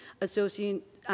Associate